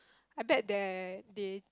I bet there they